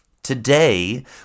Today